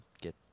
get